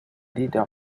leader